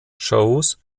shows